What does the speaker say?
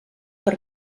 per